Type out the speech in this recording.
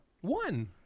One